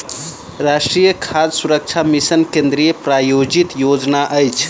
राष्ट्रीय खाद्य सुरक्षा मिशन केंद्रीय प्रायोजित योजना अछि